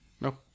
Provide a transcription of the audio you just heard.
No